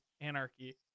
anarchy